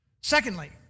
Secondly